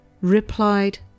replied